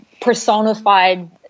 personified